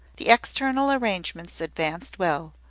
the external arrangements advanced well,